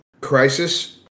crisis